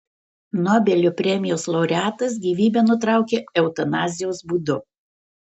nobelio premijos laureatas gyvybę nutraukė eutanazijos būdu